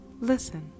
listen